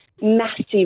massive